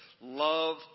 Love